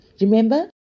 Remember